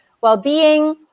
well-being